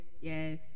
yes